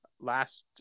Last